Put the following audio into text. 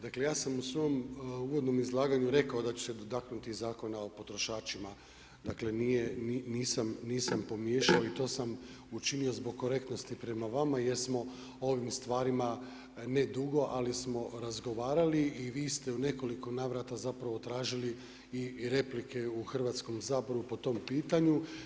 Dakle, ja sam u svom uvodnom izlaganju rekao da ću se dotaknuti Zakona o potrošačima, dakle, nisam pogriješio, ali to sam učinio zbog korektnosti prema vama, jer smo o ovim stvarima, ne dugo ali smo razgovarali i vi ste u nekoliko navrata zapravo tražili i replike u Hrvatskom … po tom pitanju.